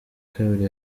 kabiri